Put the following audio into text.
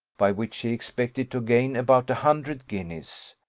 by which he expected to gain about a hundred guineas.